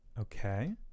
okay